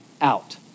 out